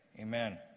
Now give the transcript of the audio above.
Amen